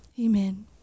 amen